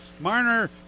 Marner